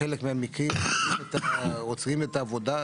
בחלק מהמקרים עוצרים את העבודה,